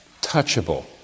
touchable